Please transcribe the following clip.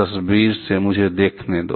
तस्वीर से मुझे देखने दो